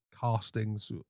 castings